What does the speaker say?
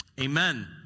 Amen